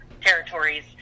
territories